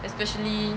especially